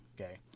okay